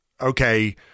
okay